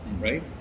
right